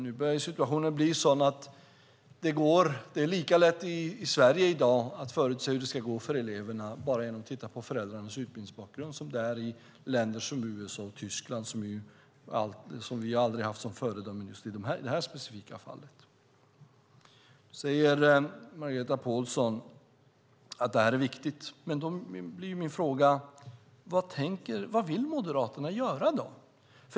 Nu börjar situationen bli sådan att det är lika lätt i Sverige i dag att förutse hur det ska gå för eleverna bara genom att titta på föräldrarnas utbildningsbakgrund som det är i länder som USA och Tyskland, som vi aldrig har haft som föredöme i det här specifika fallet. Margareta Pålsson säger att detta är viktigt. Men då blir min fråga: Vad vill Moderaterna göra?